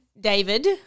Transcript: David